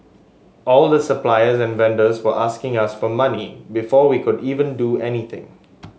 all the suppliers and vendors were asking us for money before we could even do anything